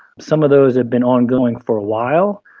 some of those have been ongoing for a while,